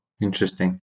Interesting